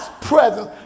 presence